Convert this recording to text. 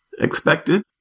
expected